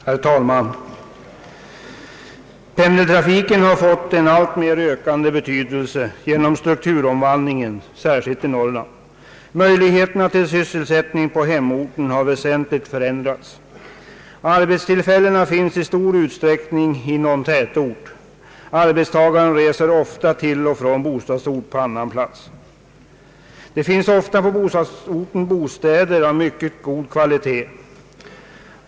Herr talman! Pendeltrafiken har fått en alltmer ökande betydelse genom strukturomvandlingen, särskilt i Norrland. Möjligheterna till sysselsättning på hemorten har väsentligt förändrats. Arbetstillfällena finns i stor utsträckning i någon tätort. Arbetstagaren reser ofta till och från bostadsort på annan plats. Ofta finns på bostadsorten bostäder av mycket god kvalitet.